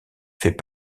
fait